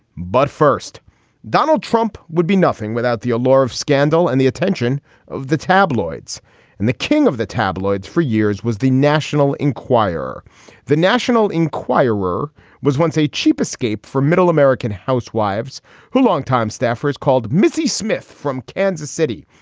but first donald trump would be nothing without the allure of scandal and the attention of the tabloids and the king of the tabloids for years was the national enquirer the national enquirer was once a cheap escape for middle american housewives who longtime staffers called mrs. smith from kansas city.